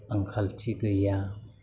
आंखालथि गैया